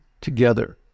together